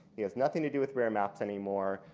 he has nothing to do with rare-maps anymore.